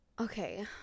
Okay